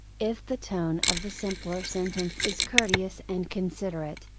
if the tone of the simpler sentence is courteous and considerate,